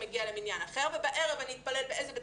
מגיע למניין אחר ובערב אני אתפלל באיזה בית